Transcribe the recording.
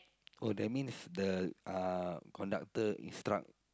oh that means the uh conductor instruct